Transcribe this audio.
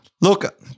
Look